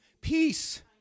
peace